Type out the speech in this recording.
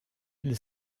elle